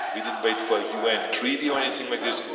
we didn't wait for a u n. treaty or anything like this.